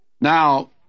Now